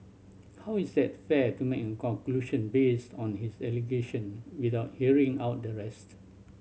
how is that fair to make a conclusion based on his allegation without hearing out the rest